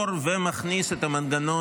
אתם שולטים פה.